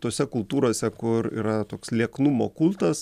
tose kultūrose kur yra toks lieknumo kultas